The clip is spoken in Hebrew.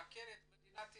לבקר את מדינת ישראל.